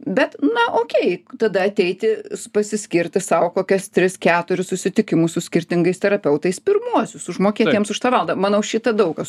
bet na okei tada ateiti pasiskirti sau kokias tris keturis susitikimus su skirtingais terapeutais pirmuosius užmokėt jiems už tą valandą manau šitą daug kas